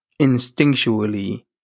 instinctually